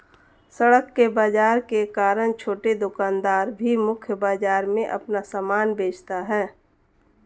सड़क के बाजार के कारण छोटे दुकानदार भी मुख्य बाजार में अपना सामान बेचता है